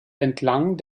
entlang